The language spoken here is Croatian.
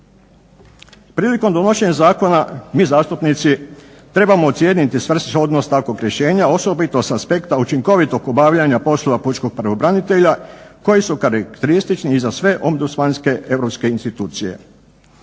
Prilikom donošenja zakona mi zastupnici trebamo ocijeniti svrsishodnost takvog rješenja osobito s aspekta učinkovitog obavljanja poslova pučkog pravobranitelja koji su karakteristični i za sve ombudsmanske europske institucije.